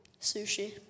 Sushi